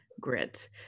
grit